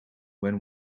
when